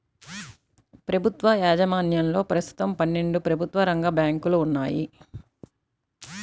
ప్రభుత్వ యాజమాన్యంలో ప్రస్తుతం పన్నెండు ప్రభుత్వ రంగ బ్యాంకులు ఉన్నాయి